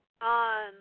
on